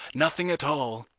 nothing at all.